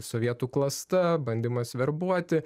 sovietų klasta bandymas verbuoti